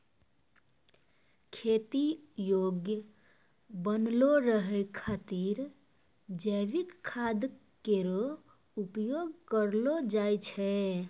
खेती योग्य बनलो रहै खातिर जैविक खाद केरो उपयोग करलो जाय छै